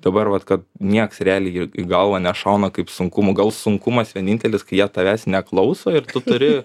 dabar vat kad nieks realiai į į galvą nešauna kaip sunkumų gal sunkumas vienintelis kai jie tavęs neklauso ir tu turi